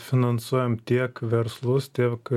finansuojam tiek verslus tiek